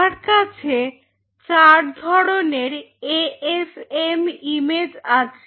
আমার কাছে চার ধরনের এ এফ এম ইমেজ আছে